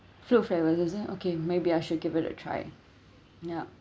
fruit flavour is it okay maybe I should give it a try ya